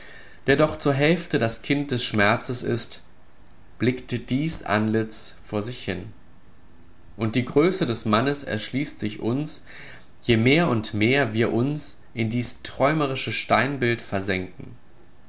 der doch zur hälfte das kind des schmerzes ist blickt dies antlitz vor sich hin und die größe des mannes erschließt sich uns je mehr und mehr wir uns in dies träumerische steinbild versenken